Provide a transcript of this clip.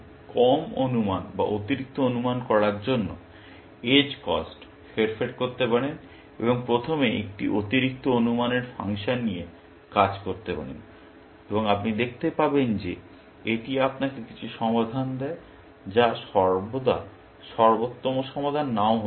আপনি মূলত কম অনুমান বা অতিরিক্ত অনুমান করার জন্য এজ কস্ট হেরফের করতে পারেন এবং প্রথমে একটি অতিরিক্ত অনুমানের ফাংশন নিয়ে কাজ করতে পারেন এবং আপনি দেখতে পাবেন যে এটি আপনাকে কিছু সমাধান দেয় যা সর্বদা সর্বোত্তম সমাধান নাও হতে পারে